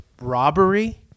robbery